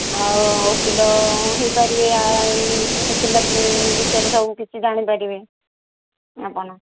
ଆଉ ଓକିଲ ହେଇପାରିବେ ଓକିଲାତି ବିଷୟରେ ସବୁ କିଛି ଜାଣିପାରିବେ ଆପଣ